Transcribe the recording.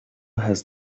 has